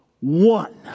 one